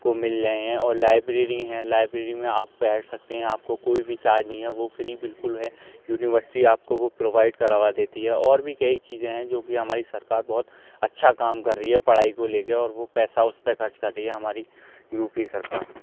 کو مل رہے ہیں اور لائبریری ہیں لائبریری میں آپ بیٹھ سکتے ہیں آپ کو کوئی بھی چارج نہیں ہے وہ فری بالکل ہے یونیورسٹی آپ کو وہ پرووائڈ کروا دیتی ہے اور بھی کئی چیزیں ہیں جو کہ ہماری سرکار بہت اچھا کام کر رہی ہے پڑھائی کو لے کے اور وہ پیسہ اس پہ خرچ کر رہی ہے ہماری یو پی سرکار